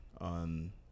on